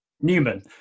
Newman